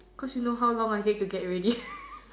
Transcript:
cause you know how long I take to get ready